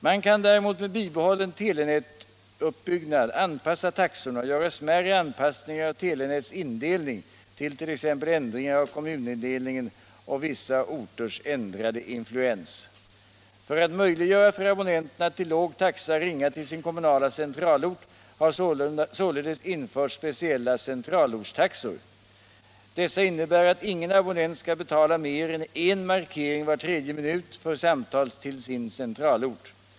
Man kan däremot med bibehållen telenätsuppbyggnad anpassa taxorna och göra smärre anpassningar av telenätets indelning till t.ex. ändringar av kommunindelningen och vissa orters ändrade influens. För att möjliggöra för abonnenterna att till låg taxa ringa till sin kommunala centralort har således införts speciella centralortstaxor. Dessa innebär att ingen abonnent skall betala mer än en markering var tredje minut för samtal till sin centralort.